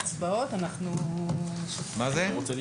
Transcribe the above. (הישיבה נפסקה בשעה 14:56 ונתחדשה בשעה 15:01.) אנחנו מחדשים את